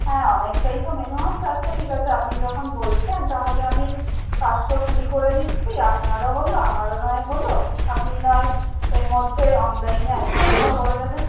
হ্যাঁ অনেকটাই তো মেনু আছে আচ্ছা ঠিক আছে আপনি যখন বলছেন তাহলে আমি পাঁচশো কুড়ি করে দিচ্ছি আপনারও হলো আমারও নয় হলো আপনি নাহয় এর মধ্যে অনলাইনে অ্যাডভান্সটা করে দেবেন